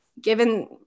Given